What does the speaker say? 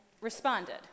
responded